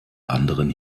anderen